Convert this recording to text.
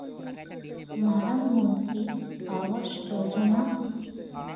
ᱢᱟᱨᱟᱝ ᱢᱚᱱᱛᱤᱨᱤ ᱟᱵᱟᱥ ᱡᱳᱡᱚᱱᱟ